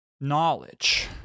knowledge